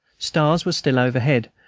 stars were still overhead,